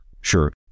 Sure